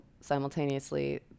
simultaneously